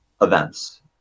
events